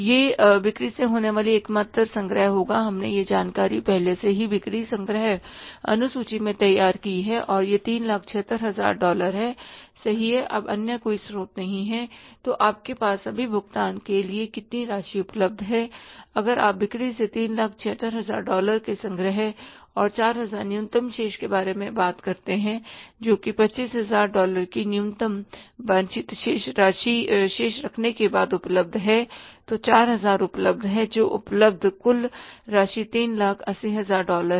यह बिक्री से होने वाली एकमात्र संग्रह होगी हमने यह जानकारी पहले से ही बिक्री संग्रह अनुसूची में तैयार की है और यह 376000 डॉलर है सही है अब अन्य कोई स्रोत नहीं है तो आपके पास सभी भुगतान के लिए कितनी राशि उपलब्ध है अगर आप बिक्री से 376000 डॉलर के संग्रह और 4000 न्यूनतम शेष के बारे में बात करते हैं जोकि 25000 डॉलर की न्यूनतम वांछित शेष रखने के बाद उपलब्ध है तो 4000 उपलब्ध है जो उपलब्ध कुल राशि 380000 डॉलर है